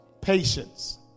Patience